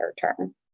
term